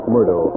Murdo